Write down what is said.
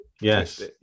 Yes